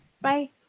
Bye